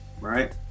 right